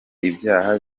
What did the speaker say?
ibyaha